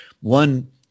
one